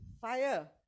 fire